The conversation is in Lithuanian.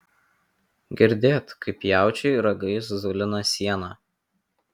girdėt kaip jaučiai ragais zulina sieną